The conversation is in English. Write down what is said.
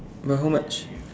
but how much